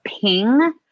ping